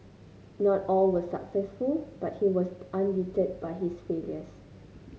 not all was successful but he was undeterred by his failures